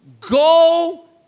go